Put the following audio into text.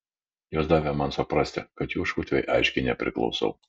jos davė man suprasti kad jų šutvei aiškiai nepriklausau